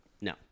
No